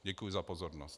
Děkuji za pozornost.